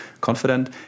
confident